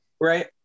Right